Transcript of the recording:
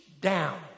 down